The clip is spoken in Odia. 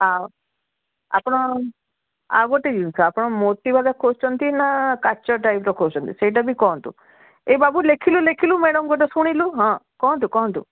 ଆଉ ଆପଣ ଆଉ ଗୋଟେ ଜିନିଷ ଆପଣ ମୋତି ବାଲା ଖୋଜୁଛନ୍ତି ନା କାଚ ଟାଇପ୍ର ଖୋଜୁଛନ୍ତି ସେଇଟା ବି କହନ୍ତୁ ଏ ବାବୁ ଲେଖିଲୁ ଲେଖିଲୁ ମ୍ୟାଡ଼ମ୍ ଗୋଟେ ଶୁଣିଲୁ ହଁ କହନ୍ତୁ କହନ୍ତୁ